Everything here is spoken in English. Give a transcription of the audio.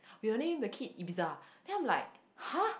we will name the kid Ibiza then I'm like !huh!